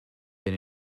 been